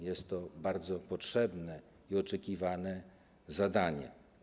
Jest to bardzo potrzebne i oczekiwane zadanie.